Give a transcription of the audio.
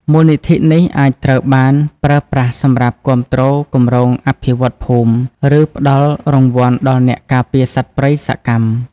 មូលនិធិនេះអាចត្រូវបានប្រើប្រាស់សម្រាប់គាំទ្រគម្រោងអភិវឌ្ឍន៍ភូមិ ឬផ្តល់រង្វាន់ដល់អ្នកការពារសត្វព្រៃសកម្ម។